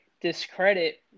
discredit